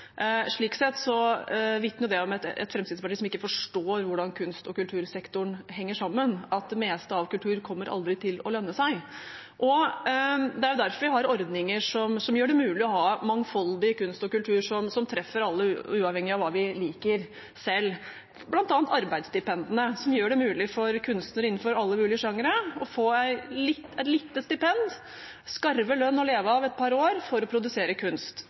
Slik sett vitner det om et Fremskrittsparti som ikke forstår hvordan kunst- og kultursektoren henger sammen, at det meste av kultur aldri kommer til å lønne seg. Det er derfor vi har ordninger som gjør det mulig å ha mangfoldig kunst og kultur som treffer alle, uavhengig av hva vi liker selv, bl.a. arbeidsstipendene som gjør det mulig for kunstnere innenfor alle mulige sjangere å få et lite stipend, en skarve lønn å leve av et par år for å produsere kunst.